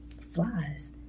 flies